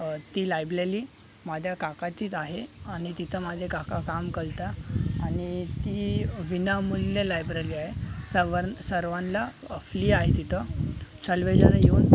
ती लायब्रली माद्या काकाचीच आहे आणि तिथं माझे काका काम करता आणि ती विनामूल्य लायब्रली आहे सर्वा सर्वानला फ्ली आहे तिथं सर्व जण येऊन